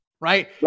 right